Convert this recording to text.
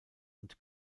und